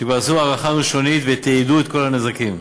וכבר עשו הערכה ראשונית ותיעדו את כל הנזקים.